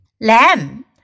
Lamb